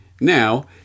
now